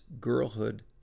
girlhood